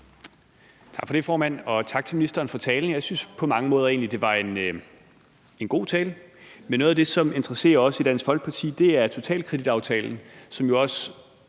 Tak for det, formand. Og tak til ministeren for talen. Jeg synes egentlig, at det på mange måder var en god tale. Men noget af det, som interesserer os i Dansk Folkeparti, er totalkreditaftalen, som jo i